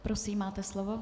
Prosím, máte slovo.